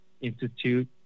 institute